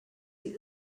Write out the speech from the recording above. sie